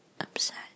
upset